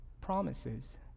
promises